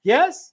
Yes